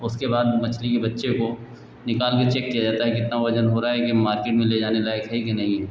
उसके बाद मछली के बच्चे को निकालकर चेक किया जाता है कितना वज़न हो रहा है कि माटी में ले जाने के लायक है कि नहीं